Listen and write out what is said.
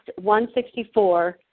164